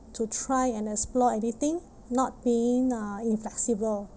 to try and explore anything not being uh inflexible